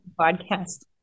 podcast